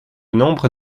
nombre